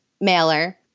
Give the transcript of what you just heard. mailer